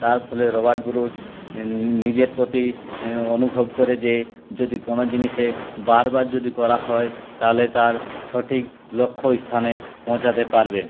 তার ফলে Robert Bruce নিজের প্রতি অনুভব করে যে যদি কোনও জিনিসে বার বার যদি করা হয় তাহলে তার সঠিক লক্ষ্য স্থানে পৌঁছতে পারবে